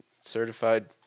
Certified